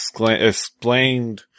explained